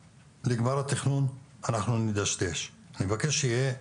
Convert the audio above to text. אני מבקש שיהיה יעד,